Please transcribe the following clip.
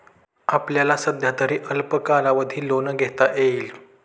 आपल्याला सध्यातरी अल्प कालावधी लोन घेता येईल